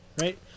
right